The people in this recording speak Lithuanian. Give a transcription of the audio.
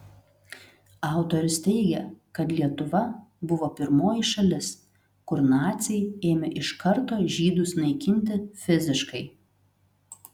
autorius teigia kad lietuva buvo pirmoji šalis kur naciai ėmė iš karto žydus naikinti fiziškai